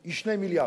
היא 2 מיליארד.